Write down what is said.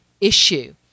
issue